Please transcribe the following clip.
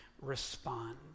respond